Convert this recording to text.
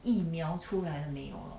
疫苗出来了没有 lor